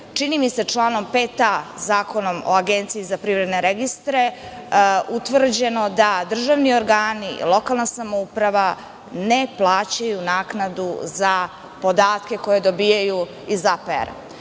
čini mi se članom 5a Zakona o Agenciji za privredne registre utvrđeno da državni organi, lokalne samouprave ne plaćaju naknadu za podatke koje dobijaju iz APR.